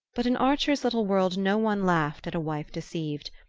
but in archer's little world no one laughed at a wife deceived,